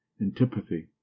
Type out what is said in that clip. antipathy